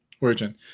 origin